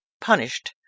punished